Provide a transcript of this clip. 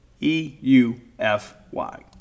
e-u-f-y